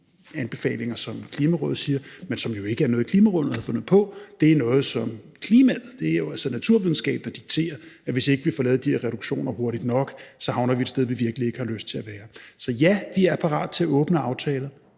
at vi når de anbefalinger, som Klimarådet kommer med, men som jo ikke er noget, Klimarådet har fundet på. Det er jo altså naturvidenskab, der dikterer, at hvis ikke vi får lavet de her reduktioner hurtigt nok, så havner vi et sted, vi virkelig ikke har lyst til at være. Så ja, vi er parate til at åbne aftaler